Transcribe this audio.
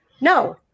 No